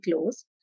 close